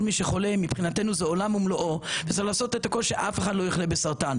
כל מי שחולה זה עולם ומלואו וצריך לעשות את הכל שאף אחד לא יחלה בסרטן,